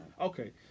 okay